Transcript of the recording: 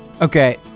Okay